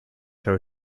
her